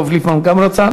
וחבר הכנסת דב ליפמן גם רצה?